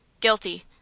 Guilty